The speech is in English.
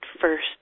first